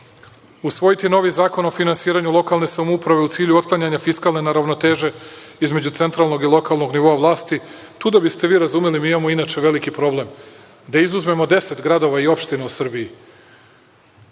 Usvojiti novi zakon o finansiranju lokalne samouprave u cilju otklanjanja fiskalne neravnoteže između centralnog i lokalnog nivoa vlasti. Tu da biste vi razumeli, mi imamo inače veliki problem da izuzmemo 10 gradova i opština u Srbiji,